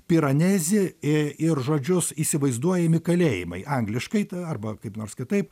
piranezi i ir žodžius įsivaizduojami kalėjimai angliškai arba kaip nors kitaip